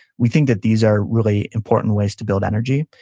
we think that these are really important ways to build energy.